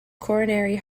coronary